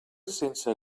sense